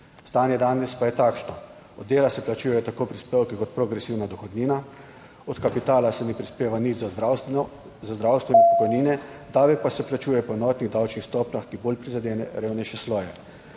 Stanje danes pa je takšno – od dela se plačujejo tako prispevki kot progresivna dohodnina, od kapitala se ne prispeva nič za zdravstvo in pokojnine, davek pa se plačuje po enotnih davčnih stopnjah, ki bolj prizadenejo revnejše sloje.